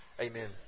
Amen